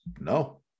no